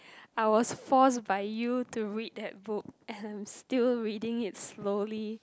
I was forced by you to read that book and still reading it slowly